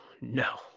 No